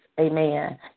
Amen